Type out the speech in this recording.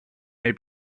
may